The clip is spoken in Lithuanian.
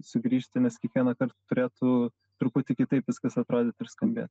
sugrįžti nes kiekvienąkart turėtų truputį kitaip viskas atrodytų ir skambėt